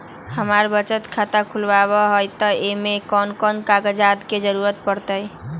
हमरा बचत खाता खुलावेला है त ए में कौन कौन कागजात के जरूरी परतई?